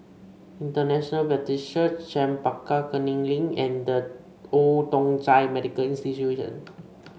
International Baptist Church Chempaka Kuning Link and The Old Thong Chai Medical Institution